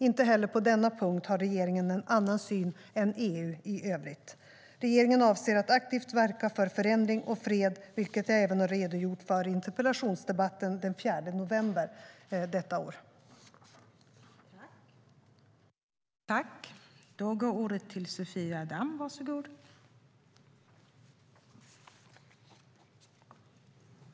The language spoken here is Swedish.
Inte heller på denna punkt har regeringen en annan syn än EU i övrigt.